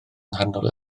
nghanol